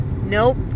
nope